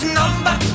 number